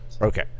okay